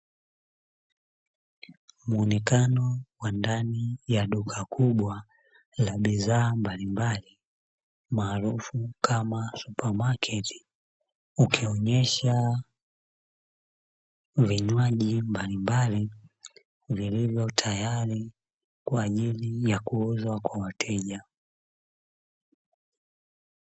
Muonekano wa ndani ya duka kubwa la bidhaa mbalimbali, maarufu kama supamaketi, ukionyesha vinywaji mbalimbali vilivyo tayari kwa ajili ya kuuzwa kwa wateja.